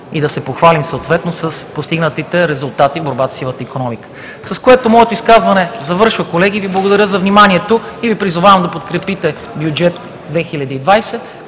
и да се похвалим съответно с постигнатите резултати в борбата със сивата икономика. С което моето изказване завършва, колеги, и Ви благодаря за вниманието. Призовавам Ви да подкрепите бюджет 2020,